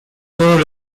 todos